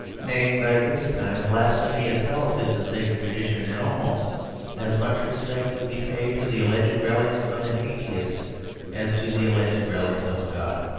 nay, by this time blasphemy itself is a sacred tradition, and almost as much respect would be paid to the alleged relics of an atheist as to the alleged relics of a god.